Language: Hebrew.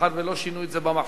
מאחר שלא שינו את זה במחשב,